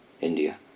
India